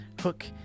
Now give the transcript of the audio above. hook